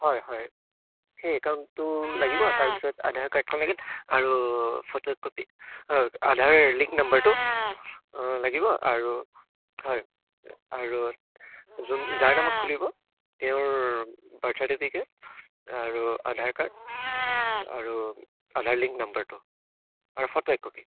হয় হয় সেই একাউণ্টটো লাগিব তাৰপিছত আধাৰ কাৰ্ডখন লাগ আৰু ফটো এককপি হয় আধাৰ লিংক নাম্বাৰটো লাগিব আৰু হয় আৰু যোন যাৰ নামত খুলিব তেওঁৰ বাৰ্থ চাৰ্টিফিকেট আৰু আধাৰ কাৰ্ড আৰু আধাৰ লিংক নাম্বাৰটো আৰু ফটো এককপি